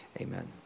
amen